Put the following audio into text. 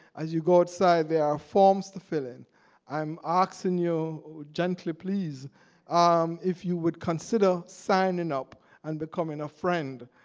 as you go outside, there are forms to fill and i'm um asking and you gently please um if you would consider signing up and becoming a friend.